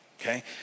okay